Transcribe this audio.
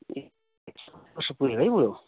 अस्सी पुग्यो है बुढो